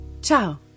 Ciao